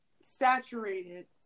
saturated